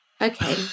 okay